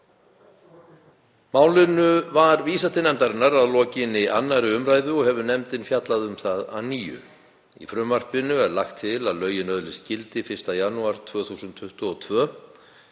Málinu var vísað til nefndarinnar að lokinni 2. umr. og hefur nefndin fjallað um það að nýju. Í frumvarpinu er lagt til að lögin öðlist gildi 1. janúar 2022.